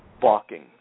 balking